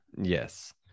Yes